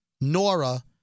Nora